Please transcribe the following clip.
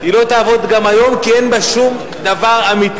היא לא תעבוד גם היום, כי אין בה שום דבר אמיתי.